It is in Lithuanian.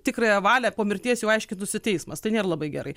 tikrąją valią po mirties jau aiškintųsi teismas tai nėr labai gerai